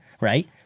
right